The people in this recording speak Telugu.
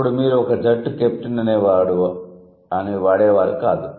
అప్పుడు మీరు ఒక జట్టు కెప్టెన్ అని వాడే వారు కాదు